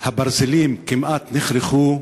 הברזלים כמעט נחרכו,